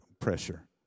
pressure